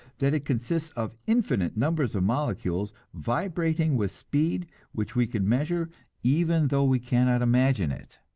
that it consists of infinite numbers of molecules vibrating with speed which we can measure even though we cannot imagine it.